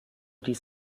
dies